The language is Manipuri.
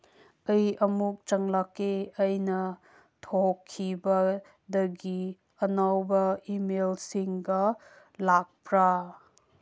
ꯑꯩ ꯑꯃꯨꯛ ꯆꯪꯂꯛꯀꯦ ꯑꯩꯅ ꯊꯣꯛꯈꯤꯕꯗꯒꯤ ꯑꯅꯧꯕ ꯏꯃꯦꯜꯁꯤꯡꯒ ꯂꯥꯛꯄ꯭ꯔ